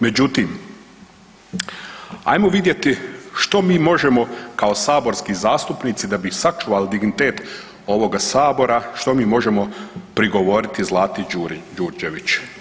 Međutim, ajmo vidjeti što mi možemo kao saborski zastupnici da bi sačuvali dignitet ovoga sabora, što mi možemo prigovoriti Zlati Đurđević.